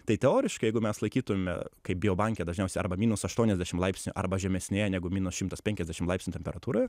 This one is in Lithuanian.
tai teoriškai jeigu mes laikytume kaip biobanke dažniausia arba minus aštuoniasdešim laipsnių arba žemesnėje negu minus šimtas penkiasdešim laipsnių temperatūroje